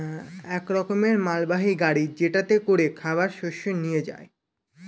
এক রকমের মালবাহী গাড়ি যেটাতে করে খাবার শস্য নিয়ে যায়